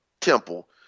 temple